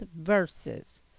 verses